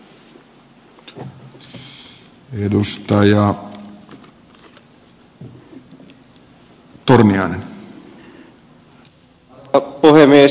arvoisa puhemies